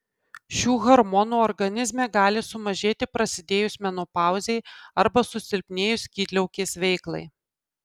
šių hormonų organizme gali sumažėti prasidėjus menopauzei arba susilpnėjus skydliaukės veiklai